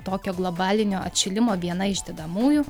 tokio globalinio atšilimo viena iš dedamųjų